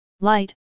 Light